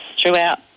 throughout